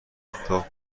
حتا